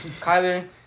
Kyler